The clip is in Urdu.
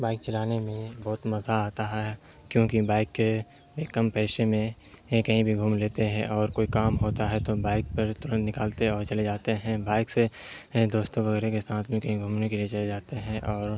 بائک چلانے میں بہت مزہ آتا ہے کیونکہ بائک کم پیسے میں کہیں بھی گھوم لیتے ہیں اور کوئی کام ہوتا ہے تو بائک پر ترنت نکالتے اور چلے جاتے ہیں بائک سے دوستوں وغیرہ کے ساتھ میں کہیں گھومنے کے لیے چلے جاتے ہیں اور